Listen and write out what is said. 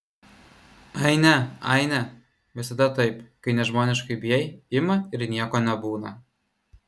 aine aine visada taip kai nežmoniškai bijai ima ir nieko nebūna